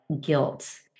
guilt